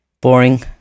boring